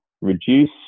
reduce